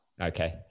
okay